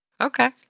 okay